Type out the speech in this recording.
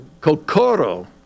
Kokoro